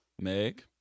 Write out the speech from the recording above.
Meg